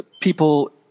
people